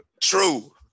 True